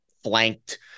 flanked